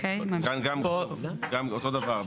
אותו דבר,